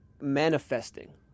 manifesting